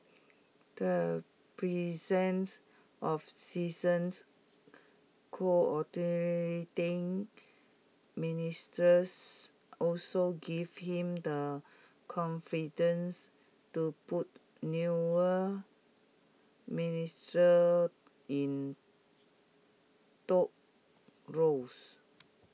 the presence of seasoned Coordinating Ministers also gives him the confidence to put newer ministers in tough roles